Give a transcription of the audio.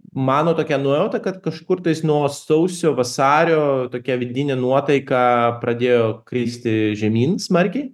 mano tokia nuojauta kad kažkur tais nuo sausio vasario tokia vidinė nuotaika pradėjo kristi žemyn smarkiai